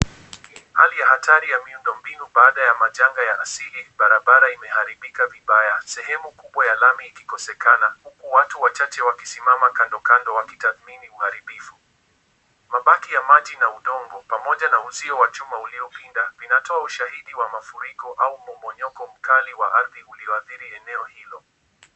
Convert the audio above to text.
Hali ya hatari ya miundombinu baada ya majanga ya asili barabara imeharibika vibaya. Sehemu kubwa ya lami ikikosekana huku watu wachache wakisimama kando kando wakitathmini uharibifu. Mabati ya maji na udongo, pamoja na uzio ya chuma uliopinda, vinatoa ushahidi wa mafuriko au mmomonyoko mkali ulioathiri eneo hilo.